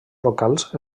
locals